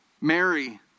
Mary